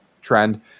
trend